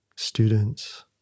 Students